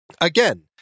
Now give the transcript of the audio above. Again